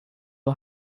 nur